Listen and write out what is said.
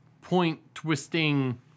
point-twisting